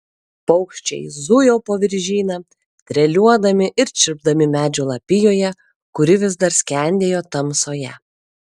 paukščiai zujo po viržyną treliuodami ir čirpdami medžių lapijoje kuri vis dar skendėjo tamsoje